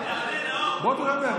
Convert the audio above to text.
בוא תדבר.